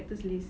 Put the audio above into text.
director's list